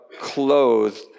clothed